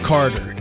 Carter